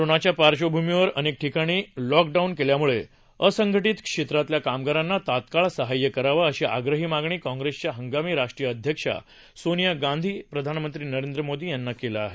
कोरोनाच्या पार्श्वभूमीवर अनेक ठिकाणी लॉकडाऊन केल्याम्ळे असंघटीत क्षेत्रातल्या कामगारांना तात्काळ साहाय्य करावं अशी आग्रही मागणी काँग्रेसच्या हंगामी राष्ट्रीय अध्यक्ष सोनिया गांधी प्रधानमंत्री नरेंद्र मोदी यांना केली आहे